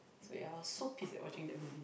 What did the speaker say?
so ya I was so pissed at watching that movie